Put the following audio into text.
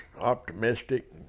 optimistic